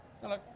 Hello